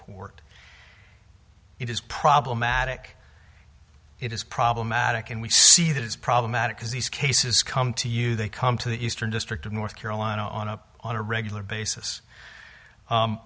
court it is problematic it is problematic and we see that is problematic because these cases come to you they come to the eastern district of north carolina on a on a regular basis